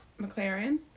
McLaren